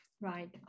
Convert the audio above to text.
right